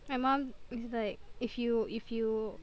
my mum is like if you if you